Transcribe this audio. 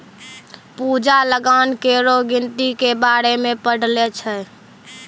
पूजा लगान केरो गिनती के बारे मे पढ़ै छलै